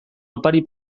opari